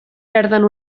perden